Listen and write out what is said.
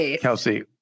Kelsey